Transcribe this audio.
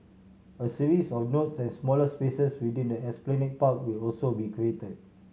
a series of nodes and smaller spaces within the Esplanade Park will also be created